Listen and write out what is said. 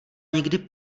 nikdy